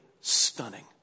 stunning